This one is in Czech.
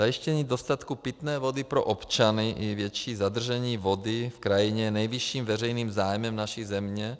Zajištění dostatku pitné vody pro občany i větší zadržení vody v krajině je nejvyšším veřejným zájmem naší země.